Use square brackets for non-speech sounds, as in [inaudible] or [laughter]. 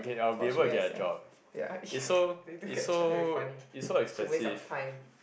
watch where sia yeah you [laughs] try to be funny such a waste of a time